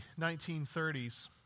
1930s